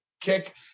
kick